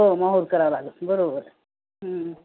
हो माहुर करावं लागेल बरोबर